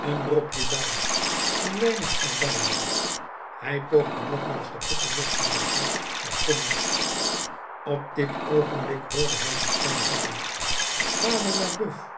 een dropje dauw een weinig erbarming hij poogde nogmaals den ketting los te maken maar kon niet op dit oogenblik hoorde hij een stem zeggen vader mabeuf